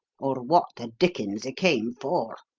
or what the dickens he came for.